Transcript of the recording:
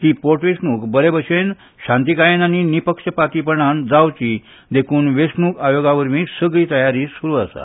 ही पोटवेंचणूक बरे भशेन शांतीकायेन आनी निपक्षपातीपणान जावची देखून वेंचणूक आयोगा वरवीं सगली तयारी सूरू आसा